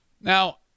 Now